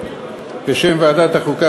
בשם ועדת החוקה,